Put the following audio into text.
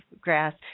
grass